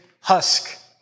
husk